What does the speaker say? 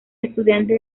estudiante